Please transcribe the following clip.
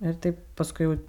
ir tai paskui jau